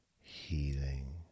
healing